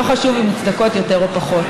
לא חשוב אם מוצדקות יותר או פחות.